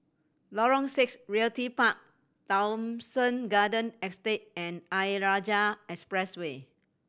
Lorong Six Realty Park Thomson Garden Estate and Ayer Rajah Expressway